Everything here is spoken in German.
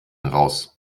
raus